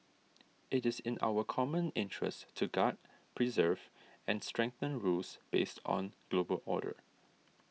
it is in our common interest to guard preserve and strengthen rules based on global order